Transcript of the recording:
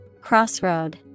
Crossroad